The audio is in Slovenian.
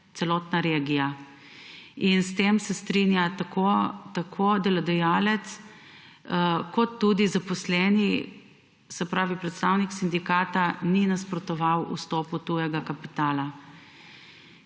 celotna regija. S tem se strinjajo tako delodajalec kot tudi zaposleni, se pravi, predstavnik sindikata ni nasprotoval vstopu tujega kapitala.